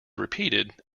repeated